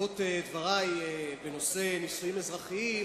בעקבות דברי בנושא נישואים אזרחיים,